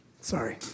Sorry